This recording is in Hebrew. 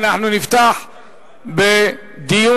נדחתה.